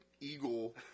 eagle